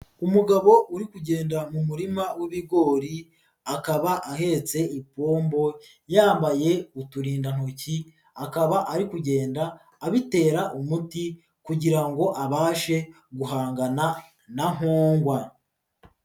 Umugabo uri kugenda mu murima w'ibigori, akaba ahetse ipombo yambaye uturindantoki, akaba ari kugenda abitera umuti kugira ngo abashe guhangana na mpongwa.